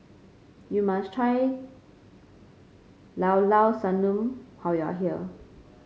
you must try Llao Llao Sanum how you are here